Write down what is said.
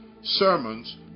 sermons